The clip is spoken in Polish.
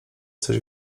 coś